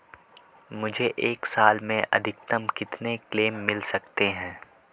मुझे एक साल में अधिकतम कितने क्लेम मिल सकते हैं?